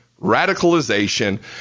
radicalization